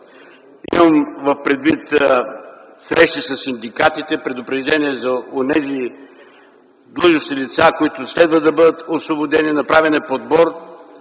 Имам предвид срещи със синдикатите, предупреждения за онези длъжностни лица, които следва да бъдат освободени, направен е подбор